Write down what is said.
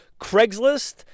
Craigslist